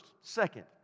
Second